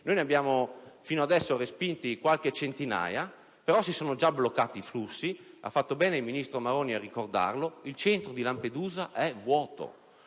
noi ne abbiamo respinti qualche centinaio, però si sono bloccati i flussi. Ha fatto bene il ministro Maroni a ricordarlo: il Centro di Lampedusa è vuoto.